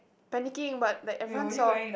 panicking but like everyone saw